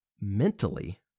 mentally